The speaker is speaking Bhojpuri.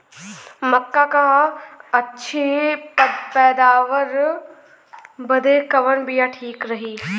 मक्का क अच्छी पैदावार बदे कवन बिया ठीक रही?